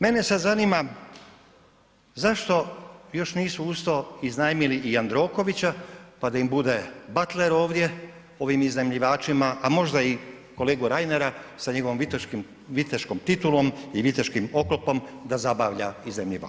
Mene sad zanima zašto još nisu uz to iznajmili i Jandrokovića pa da im bude batler ovdje, ovim iznajmljivačima, a možda i kolegu Reinera sa njegovom viteškom titulom i viteškim oklopom da zabavlja iznajmljivače.